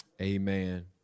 Amen